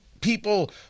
people